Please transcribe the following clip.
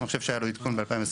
אני חושב שהיה לו עדכון ב-2021,